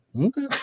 Okay